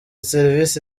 serivisi